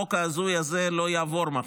החוק ההזוי הזה לא יעבור מחר,